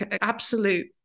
absolute